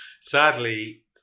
Sadly